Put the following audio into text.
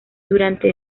durante